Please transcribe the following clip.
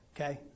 okay